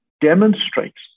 demonstrates